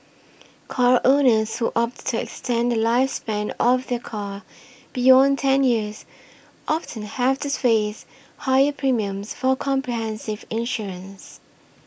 car owners who opt to extend the lifespan of their car beyond ten years often have to face higher premiums for comprehensive insurance